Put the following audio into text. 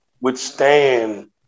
withstand